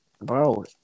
bro